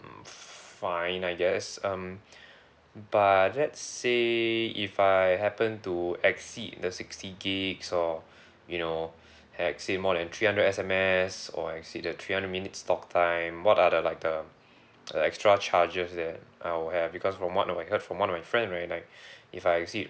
mm fine I guess um but let's say if I happen to exceed the sixty gigs or you know exceed more than three hundred S_M_S or exceed the three hundred minutes talk time what are the like the the extra charges that I will have because from what that I heard from one of my friend right like if I exceed